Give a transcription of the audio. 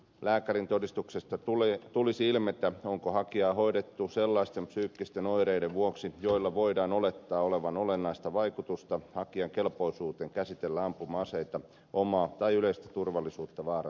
lääkärin todistuksesta tulisi ilmetä onko hakijaa hoidettu sellaisten psyykkisten oireiden vuoksi joilla voidaan olettaa olevan olennaista vaikutusta hakijan kelpoisuuteen käsitellä ampuma aseita omaa tai yleistä turvallisuutta vaarantamatta